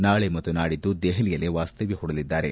ನಾಳೆ ಮತ್ತು ನಾಡಿದ್ದು ದೆಹಲಿಯಲ್ಲೇ ವಾಸ್ತವ್ಯ ಪೂಡಲಿದ್ದಾರೆ